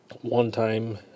one-time